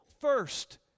first